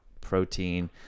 protein